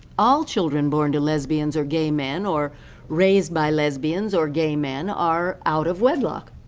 all children born to lesbians or gay men or raised by lesbians or gay men are out of wedlock,